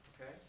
Okay